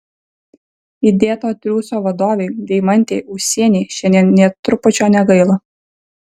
įdėto triūso vadovei deimantei ūsienei šiandien nė trupučio negaila